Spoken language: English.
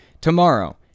Tomorrow